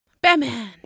Batman